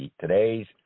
today's